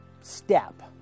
step